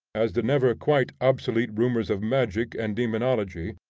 as the never quite obsolete rumors of magic and demonology,